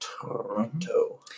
Toronto